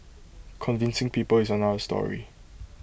convincing people is another story